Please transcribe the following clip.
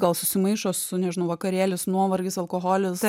gal susimaišo su nežinau vakarėlis nuovargis alkoholis